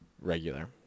regular